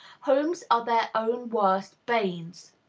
homes are their own worst banes.